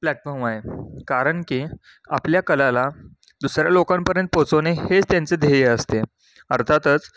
platform आहे कारण की आपल्या कलेला दुसऱ्या लोकांपर्यंत पोचवणे हेच त्यांचे ध्येय असते अर्थातच